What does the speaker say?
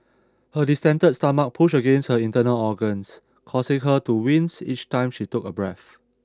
her distended stomach pushed against her internal organs causing her to wince each time she took a breath